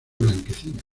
blanquecina